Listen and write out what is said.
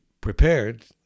prepared